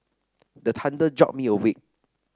the thunder jolt me awake